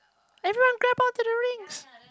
everyone grab on to the rings